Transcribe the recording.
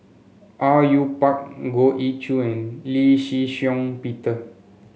Au Yue Pak Goh Ee Choo and Lee Shih Shiong Peter